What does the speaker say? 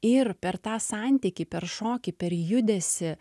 ir per tą santykį per šokį per judesį